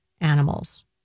animals